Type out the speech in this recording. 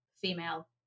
female